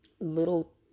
little